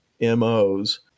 mo's